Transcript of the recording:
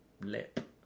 lip